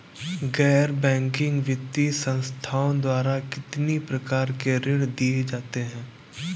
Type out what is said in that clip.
गैर बैंकिंग वित्तीय संस्थाओं द्वारा कितनी प्रकार के ऋण दिए जाते हैं?